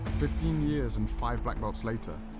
fifteen years and five black belts later,